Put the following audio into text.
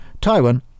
Taiwan